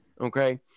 okay